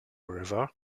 river